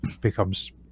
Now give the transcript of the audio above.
becomes